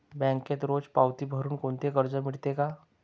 बँकेत रोज पावती भरुन कोणते कर्ज मिळते का?